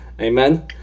amen